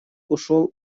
ушёл